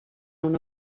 una